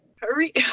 Hurry